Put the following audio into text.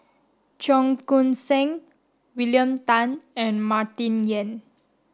Cheong Koon Seng William Tan and Martin Yan